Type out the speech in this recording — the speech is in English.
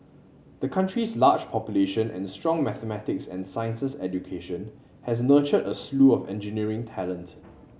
the country's large population and strong mathematics and sciences education has nurtured a slew of engineering talent